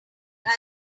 went